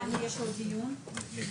הישיבה ננעלה בשעה 11:50. .